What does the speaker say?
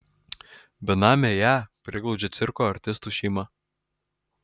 benamę ją priglaudžia cirko artistų šeima